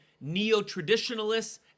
neo-traditionalists